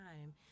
time